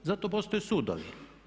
Zato postoje sudovi.